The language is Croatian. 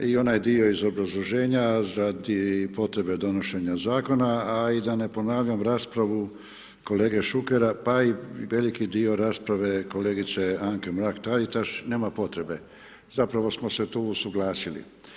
I onaj dio iz obrazloženja radi potrebe donošenja zakona a i da ne ponavljam raspravu kolege Šukera pa i veliki dio rasprave kolegice Anke Mrak Taritaš, nema potrebe, zapravo smo se tu usuglasili.